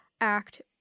act